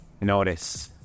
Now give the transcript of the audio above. Notice